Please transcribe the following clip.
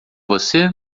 você